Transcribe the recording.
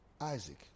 Isaac